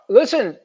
listen